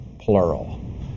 plural